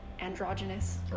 androgynous